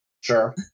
Sure